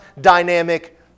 dynamic